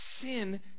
sin